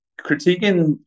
Critiquing